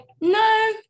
no